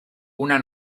una